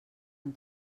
han